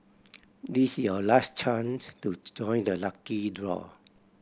this is your last chance to join the lucky draw